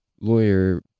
lawyer